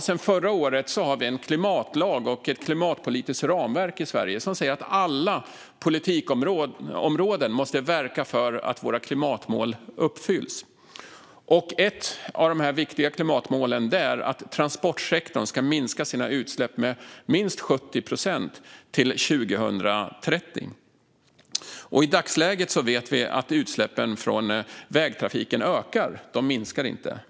Sedan förra året har vi i Sverige en klimatlag och ett klimatpolitiskt ramverk som säger att alla politikområden måste verka för att våra klimatmål uppfylls. Ett av dessa viktiga klimatmål är att transportsektorn ska minska sina utsläpp med minst 70 procent till 2030. I dagsläget vet vi att utsläppen från vägtrafiken ökar, inte minskar.